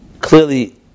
clearly